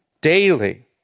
daily